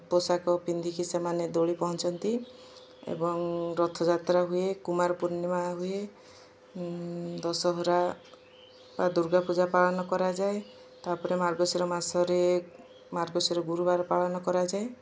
ପୋଷାକ ପିନ୍ଧିକି ସେମାନେ ଦୋଳି ପହଞ୍ଚନ୍ତି ଏବଂ ରଥଯାତ୍ରା ହୁଏ କୁମାର ପୂର୍ଣ୍ଣିମା ହୁଏ ଦଶହରା ବା ଦୁର୍ଗା ପୂଜା ପାଳନ କରାଯାଏ ତାପରେ ମାର୍ଗଶୀର ମାସରେ ମାର୍ଗଶୀର ଗୁରୁବାର ପାଳନ କରାଯାଏ